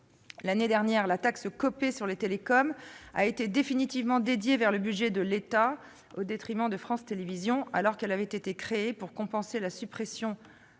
L'année dernière, la taxe Copé sur les télécoms a été définitivement affectée au budget de l'État au détriment de France Télévisions, alors qu'elle avait été créée pour compenser la suppression de